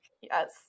Yes